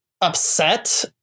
upset